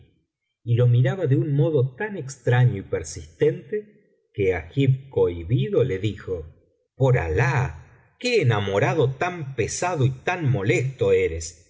y lo miraba de un modo tan extraño y persistente que agib cohibido le dijo por alah qué enamorado tan pesado y tan molesto eres